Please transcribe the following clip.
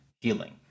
healing